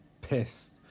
pissed